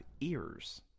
ears